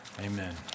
Amen